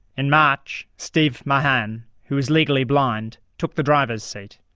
in march, steve mahan, who is legally blind, took the driver's seat.